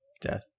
death